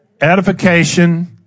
Edification